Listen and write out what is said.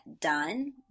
done